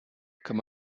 kann